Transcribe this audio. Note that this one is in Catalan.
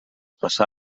passà